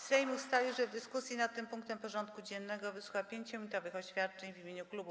Sejm ustalił, że w dyskusji nad tym punktem porządku dziennego wysłucha 5-minutowych oświadczeń w imieniu klubów i kół.